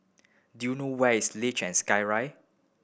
do you know where is Luge and Skyride